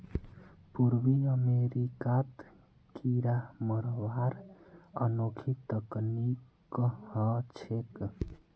पूर्वी अमेरिकात कीरा मरवार अनोखी तकनीक ह छेक